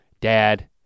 Dad